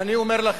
אני אומר לכם,